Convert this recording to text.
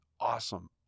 awesome